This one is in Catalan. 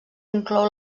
inclou